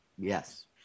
Yes